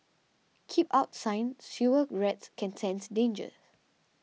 keep out sign sewer rats can sense dangers